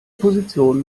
position